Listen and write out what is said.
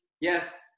yes